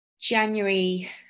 January